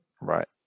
Right